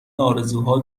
ارزوها